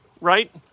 right